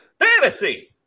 Fantasy